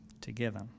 together